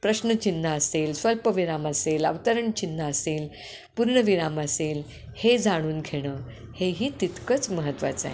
प्रश्नचिन्ह असेल स्वल्पविराम असेल अवतरणचिन्ह असेल पूर्णविराम असेल हे जाणून घेणं हेही तितकंच महत्त्वाचं आहे